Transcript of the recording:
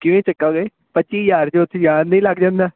ਕਿਹਦੀ ਟਿਕਟਾਂ ਦੇ ਪੱਚੀ ਹਜ਼ਾਰ 'ਚ ਉੱਥੇ ਜਾਣ ਦਾ ਈ ਲੱਗ ਜਾਂਦਾ